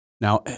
Now